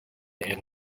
and